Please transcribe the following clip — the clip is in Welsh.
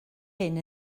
hyn